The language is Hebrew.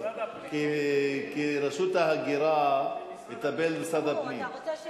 זה משרד הפנים, כי ברשות ההגירה מטפל משרד הפנים.